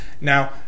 Now